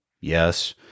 Yes